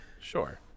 sure